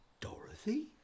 Dorothy